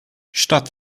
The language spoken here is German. statt